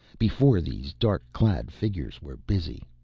before these dark-clad figures were busy.